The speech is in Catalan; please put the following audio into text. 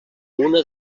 una